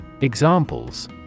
Examples